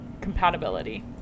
compatibility